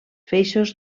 feixos